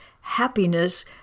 happiness